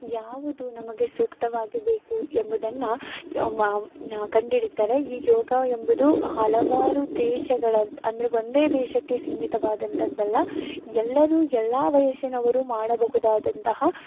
ಯಾವುದು ನಮಗೆ ಸೂಕ್ತವಾಗಿ ಬೇಕು ಎಂಬುದನ್ನು ಕಂಡು ಹಿಡಿತಾರೆ ಈ ಯೋಗ ಎಂಬುದು ಹಲವಾರು ದೇಶಗಳ ಅಂದರೆ ಒಂದೇ ದೇಶಕ್ಕೆ ಸೀಮಿತವಾದಂಥದ್ದಲ್ಲ ಎಲ್ಲರೂ ಎಲ್ಲ ವಯಸ್ಸಿನವರೂ ಮಾಡಬಹುದಾದಂತಹ